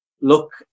look